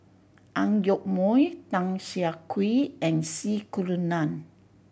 Ang Yoke Mooi Tan Siah Kwee and C Kunalan